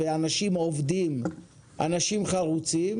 מדובר באנשים חרוצים